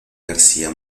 garcía